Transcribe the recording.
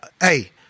hey